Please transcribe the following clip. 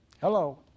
Hello